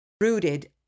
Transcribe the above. rooted